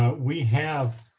we have